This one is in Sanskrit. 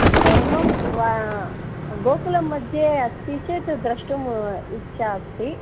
प्रथमं गोकुलं मध्ये अस्ति चेत् द्रष्टुं इच्छा अस्ति